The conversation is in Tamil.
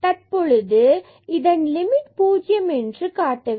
தற்பொழுது இது இதன் லிமிட் 0 என்று காட்ட வேண்டும்